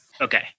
Okay